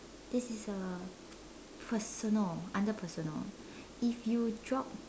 this is a personal under personal if you drop